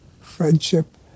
friendship